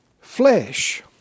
Flesh